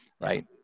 right